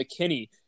McKinney